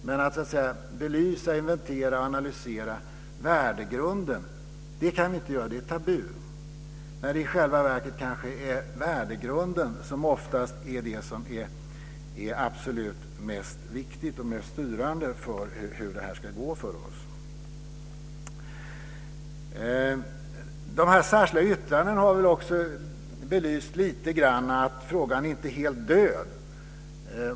Men att så att säga belysa, inventera och analysera värdegrunden kan vi inte göra - det är tabu - när det i själva verket kanske är värdegrunden som oftast är det som är absolut mest viktigt och mest styrande för hur det ska gå för oss. De särskilda yttrandena har lite grann belyst att frågan inte är helt död.